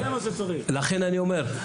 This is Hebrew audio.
לכן אני אומר,